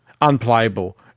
unplayable